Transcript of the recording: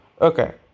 Okay